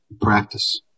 practice